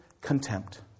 contempt